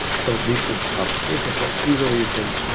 so this is application, so easily you can